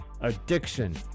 addiction